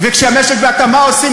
וכשהמשק בהאטה, מה עושים?